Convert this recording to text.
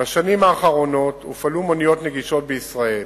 בשנים האחרונות הופעלו מוניות נגישות בישראל.